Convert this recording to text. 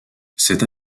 cette